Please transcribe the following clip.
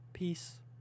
Peace